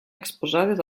exposades